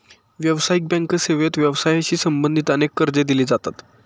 व्यावसायिक बँक सेवेत व्यवसायाशी संबंधित अनेक कर्जे दिली जातात